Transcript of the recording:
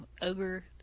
ogre